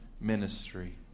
ministry